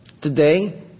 Today